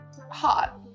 hot